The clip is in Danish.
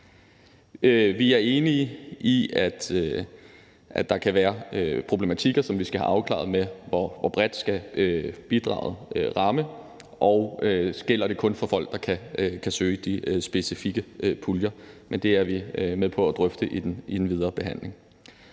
Vi er enige i, at der kan være problematikker, som vi skal have afklaret, i forhold til hvor bredt bidraget skal ramme og om det kun gælder for folk, der kan søge de specifikke puljer. Men det er vi med på at drøfte i den videre behandling.